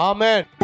Amen